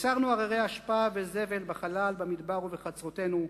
יצרנו הררי אשפה וזבל בחלל, במדבר ובחצרותינו.